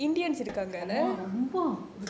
அதுதான் ரொம்ப:athuthaan romba